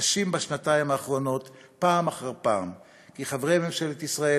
חשים בשנתיים האחרונות פעם אחר פעם כי חברי ממשלת ישראל